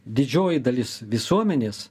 didžioji dalis visuomenės